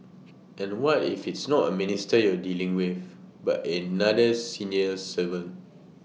and what if it's not A minister you're dealing with but another civil servant